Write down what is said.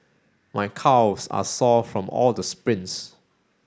my calves are sore from all the sprints